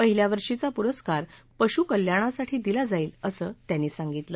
पहिल्या वर्षीचा पुरस्कार पशुकल्याणासाठी दिला जाईल असं त्यांनी सांगितलं